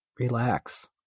Relax